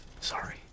sorry